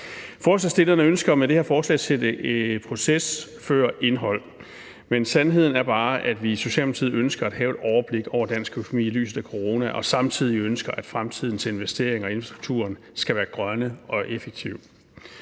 Forslagsstillerne ønsker med det her forslag at sætte proces før indhold, men sandheden er bare, at vi i Socialdemokratiet ønsker at have et overblik over dansk økonomi i lyset af corona og samtidig ønsker, at fremtidens investeringer i infrastrukturen skal være grønne og effektive.